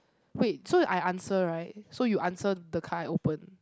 wait so I answer right so you answer the can open